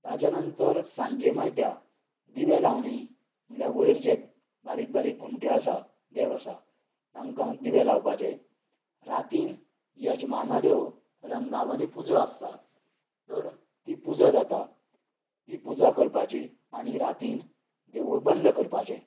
ताचे नंतर सांजे मायत्याक दिवो लावणी म्हळ्यार वयर जे बारीक बारीक घुमट्यो आसात देव आसा तांकां दिवें लावपाचे रातीन यजमानाल्यो रंगावली पुजा आसतात तर ती पुजा जाता ती पुजा करपाची आनी रातीन देवूळ बंद करपाचे